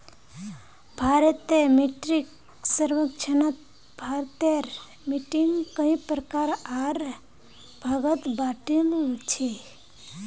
भारतीय मिट्टीक सर्वेक्षणत भारतेर मिट्टिक कई प्रकार आर भागत बांटील छे